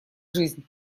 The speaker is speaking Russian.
жизнь